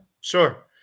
Sure